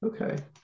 Okay